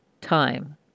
time